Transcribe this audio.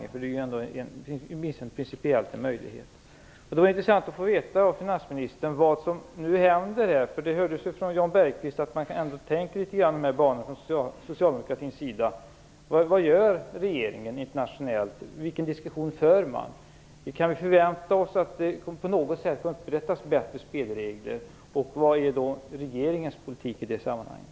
Det finns ju åtminstone principiellt en sådan möjlighet. Det vore intressant att av finansministern få veta vad som nu händer. Jan Bergqvists anförande tydde ju på att socialdemokraterna ändå tänker litet grand i dessa banor. Vad gör regeringen internationellt? Vilken diskussion för man? Kan vi förvänta oss att det på något sätt upprättas bättre spelregler? Vilken är i så fall regeringens politik i det sammanhanget?